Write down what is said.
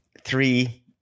Three